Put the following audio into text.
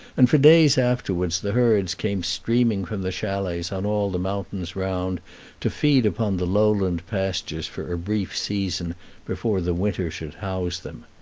and for days afterwards the herds came streaming from the chalets on all the mountains round to feed upon the lowland pastures for a brief season before the winter should house them.